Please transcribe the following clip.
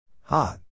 Hot